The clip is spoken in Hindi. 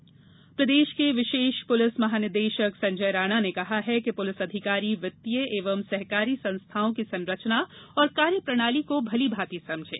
पुलिस प्रशिक्षण प्रदेश के विशेष पुलिस महानिदेशक संजय राणा ने कहा कि पुलिस अधिकारी वित्तीय एवं सहकारी संस्थाओं की संरचना और कार्यप्रणाली को भली भाँति समझें